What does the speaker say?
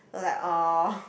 like um